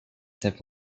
have